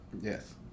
Yes